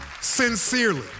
sincerely